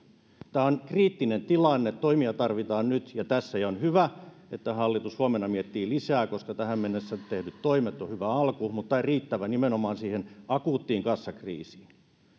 tämä on kriittinen tilanne toimia tarvitaan nyt ja tässä ja on hyvä että hallitus huomenna miettii lisää koska tähän mennessä tehdyt toimet ovat hyvä alku mutta eivät riittäviä nimenomaan siihen akuuttiin kassakriisiin